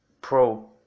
pro